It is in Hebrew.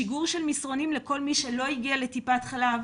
שיגור מסרונים לכל מי שלא הגיע לטיפת חלב,